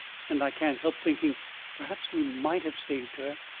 and i can't help thinking perhaps we might have saved her.